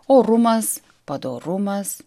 orumas padorumas